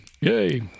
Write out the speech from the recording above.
Yay